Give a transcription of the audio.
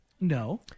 No